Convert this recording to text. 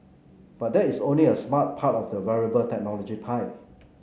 but that is only a smart part of the wearable technology pie